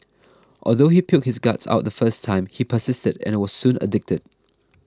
although he puked his guts out the first time he persisted and was soon addicted